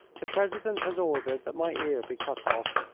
the president has ordered that my ear be cut off,